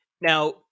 now